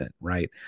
right